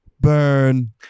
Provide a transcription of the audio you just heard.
Burn